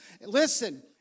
Listen